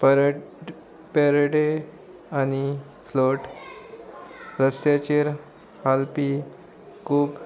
परट पॅरेडे आनी फ्लोट रस्त्याचेर हालपी खूब